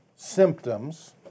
symptoms